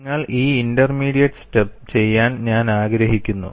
നിങ്ങൾ ഈ intermediate step ചെയ്യാൻ ഞാൻ ആഗ്രഹിക്കുന്നു